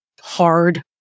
hard